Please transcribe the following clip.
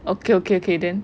okay okay okay then